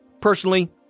Personally